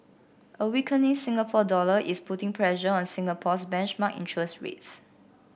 a weakening Singapore dollar is putting pressure on Singapore's benchmark interest rates